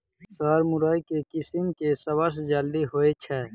Sir मुरई केँ किसिम केँ सबसँ जल्दी होइ छै?